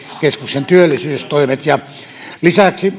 keskuksen työllisyystoimet lisäksi